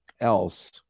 else